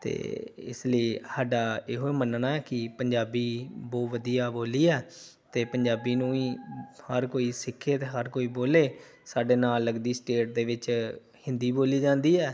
ਅਤੇ ਇਸ ਲਈ ਸਾਡਾ ਇਹੋ ਮੰਨਣਾ ਕਿ ਪੰਜਾਬੀ ਬਹੁਤ ਵਧੀਆ ਬੋਲੀ ਆ ਅਤੇ ਪੰਜਾਬੀ ਨੂੰ ਹੀ ਹਰ ਕੋਈ ਸਿੱਖੇ ਅਤੇ ਹਰ ਕੋਈ ਬੋਲੇ ਸਾਡੇ ਨਾਲ ਲੱਗਦੀ ਸਟੇਟ ਦੇ ਵਿੱਚ ਹਿੰਦੀ ਬੋਲੀ ਜਾਂਦੀ ਹੈ